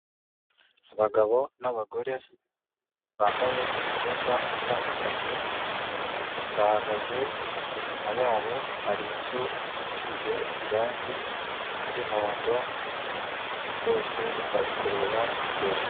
Abagabo n'abagore bambaye imyenda itandukanye, bahagaze inyuma yabo hari inzu isize irange ry'umuhondo bose bari kureba imbere.